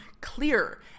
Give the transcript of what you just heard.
clear